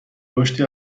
رشدی